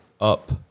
up